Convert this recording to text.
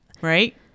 right